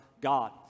God